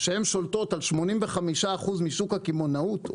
שהם שולטות על 85 אחוז משוק הקמעונאות,